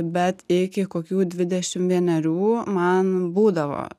bet iki kokių dvidešim vienerių man būdavo